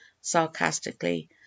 sarcastically